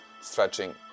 stretching